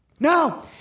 No